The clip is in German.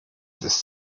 ist